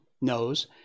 knows